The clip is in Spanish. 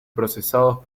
procesados